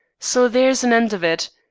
so there's an end of it.